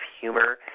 humor